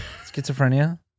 Schizophrenia